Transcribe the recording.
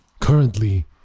currently